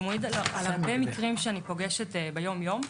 מעיד על הרבה מקרים שאני פוגשת ביום-יום,